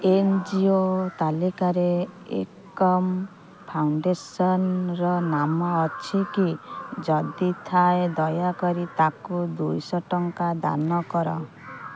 N G O ତାଲିକାରେ ଏକମ୍ ଫାଉଣ୍ଡେସନ୍ର ନାମ ଅଛିକି ଯଦି ଥାଏ ଦୟାକରି ତାକୁ ଦୁଇଶହ ଟଙ୍କା ଦାନ କର